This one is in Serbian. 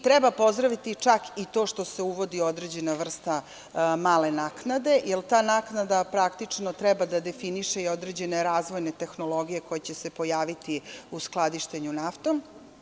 Treba pozdraviti čak i to što se uvodi određena vrsta male naknade, jer ta naknada praktično treba da definiše i određene razvojne tehnologije koje će se pojaviti u skladištenju naftom.